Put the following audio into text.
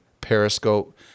Periscope